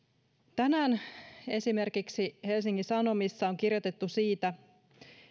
esimerkiksi tänään helsingin sanomissa on kirjoitettu siitä